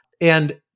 And-